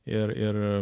ir ir